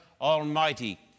Almighty